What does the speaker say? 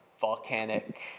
volcanic